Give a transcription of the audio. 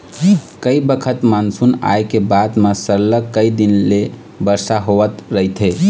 कइ बखत मानसून आए के बाद म सरलग कइ दिन ले बरसा होवत रहिथे